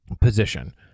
position